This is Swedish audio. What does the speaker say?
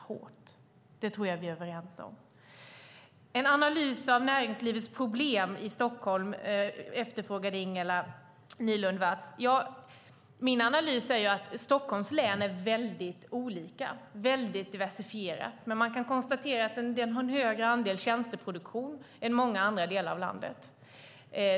Ingela Nylund Watz efterfrågade en analys av näringslivets problem i Stockholm. Ja, min analys är att det är väldigt olika i Stockholms län. Det är väldigt diversifierat. Men man kan konstatera att det är en högre andel tjänsteproduktion än i många andra delar av landet.